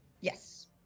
Yes